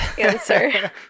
answer